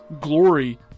glory